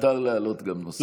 מותר להעלות גם נושאים,